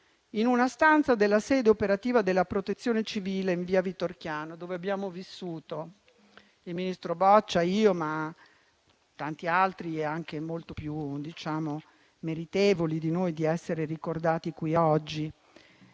in una stanza della sede operativa della Protezione civile in via Vitorchiano (dove abbiamo vissuto il ministro Boccia, io e tanti altri, anche molto più meritevoli di noi di essere ricordati qui oggi)